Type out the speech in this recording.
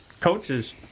coaches